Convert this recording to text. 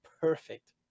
perfect